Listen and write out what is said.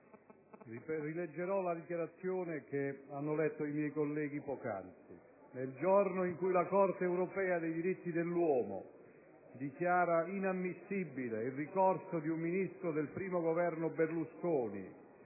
anch'io la dichiarazione che hanno letto i miei colleghi poc'anzi. Nel giorno in cui la Corte europea dei diritti dell'uomo dichiara inammissibile il ricorso di un Ministro del I Governo Berlusconi,